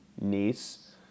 niece